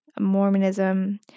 Mormonism